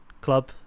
club